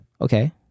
okay